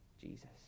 Jesus